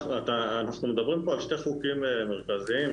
אנחנו מדברים פה על שני חוקים מרכזיים,